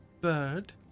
bird